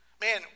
Man